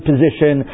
position